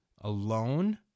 alone